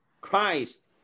Christ